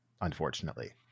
unfortunately